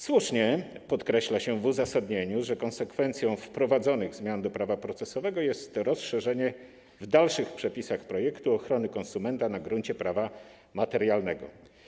Słusznie podkreśla się w uzasadnieniu, że konsekwencją zmian wprowadzonych do prawa procesowego jest rozszerzenie w dalszych przepisach projektu ochrony konsumenta na gruncie prawa materialnego.